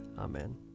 Amen